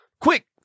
quick